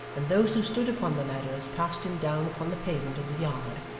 and those who stood upon the ladders passed him down upon the pavement of the yard.